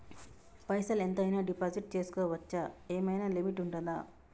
పైసల్ ఎంత అయినా డిపాజిట్ చేస్కోవచ్చా? ఏమైనా లిమిట్ ఉంటదా?